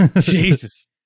Jesus